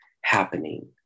happening